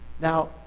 Now